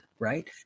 right